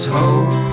hope